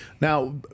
Now